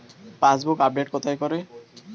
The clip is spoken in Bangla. পাসবই আপডেট কোথায় করে?